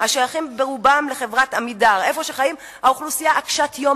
השייכים ברובם לחברת "עמידר" איפה שחיה האוכלוסייה קשת-היום,